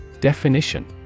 Definition